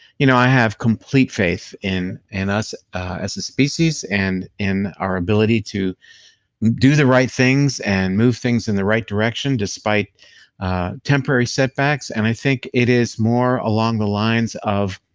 you know, i have complete faith in in us as a species and in our ability to do the right things and move things in the right direction despite temporary setbacks, and i think it is more along the lines of